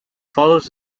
follows